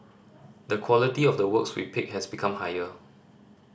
the quality of the works we pick has become higher